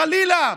חלילה,